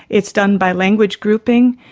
it's done by language grouping.